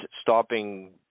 stopping